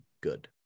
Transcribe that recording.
good